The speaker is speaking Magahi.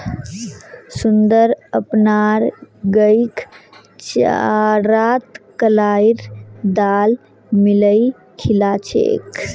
सुंदर अपनार गईक चारात कलाईर दाल मिलइ खिला छेक